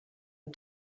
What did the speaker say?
and